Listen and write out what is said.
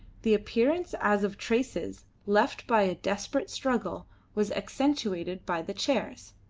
the appearance as of traces left by a desperate struggle was accentuated by the chairs,